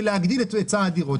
ולהגדיל את היצע הדירות.